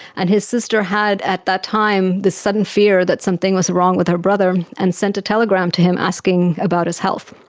and his sister had at that time this sudden fear that something was wrong with her brother and sent a telegram to him asking about his health.